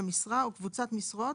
המשרה או קבוצת משרות,